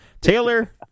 Taylor